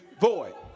void